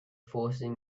forcing